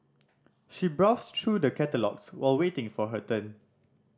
she browsed through the catalogues while waiting for her turn